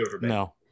no